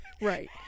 Right